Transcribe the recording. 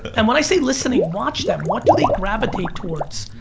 and when i say listening, watch them, what do they gravitate towards?